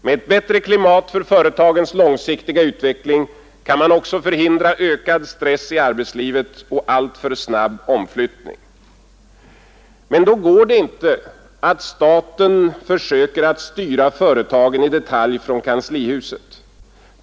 Med ett bättre klimat för företagens långsiktiga utveckling kan man också förhindra ökad stress i arbetslivet och alltför snabb omflyttning. Men då går det inte att staten försöker styra företagen i detalj från kanslihuset.